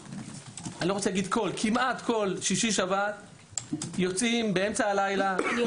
כמעט כל שישי שבת חוקרי מח"ש יוצאים באמצע הלילה -- אני יודעת.